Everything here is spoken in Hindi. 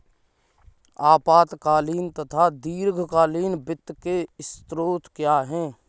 अल्पकालीन तथा दीर्घकालीन वित्त के स्रोत क्या हैं?